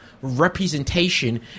Representation